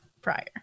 prior